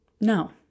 No